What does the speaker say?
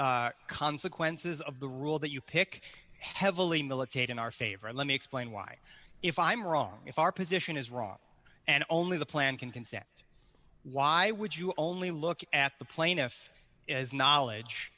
consequences of the rule that you pick heavily militate in our favor let me explain why if i'm wrong if our position is wrong and only the plant can consent why would you only look at the plaintiff is knowledge